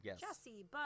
Jesse